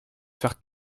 faire